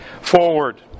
forward